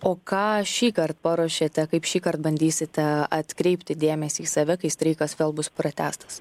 o ką šįkart paruošėte kaip šįkart bandysite atkreipti dėmesį į save kai streikas vėl bus pratęstas